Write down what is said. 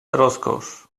rozkosz